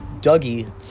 Dougie